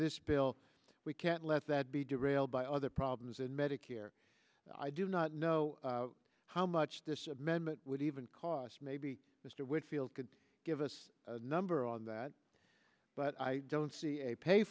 this bill we can't let that be derailed by other problems in medicare i do not know how much this amendment would even cost maybe mr whitfield could give us a number on that but i don't see a pay